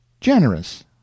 generous